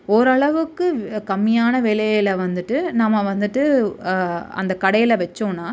ஓரு அளவுக்கு கம்மியான விலையில வந்துவிட்டு நம்ம வந்துவிட்டு அந்த கடையில் வெச்சோம்ன்னா